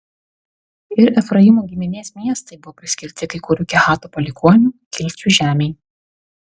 ir efraimo giminės miestai buvo priskirti kai kurių kehato palikuonių kilčių žemei